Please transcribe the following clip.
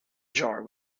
jar